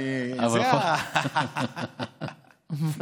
אבל,